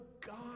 God